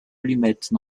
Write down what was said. allumette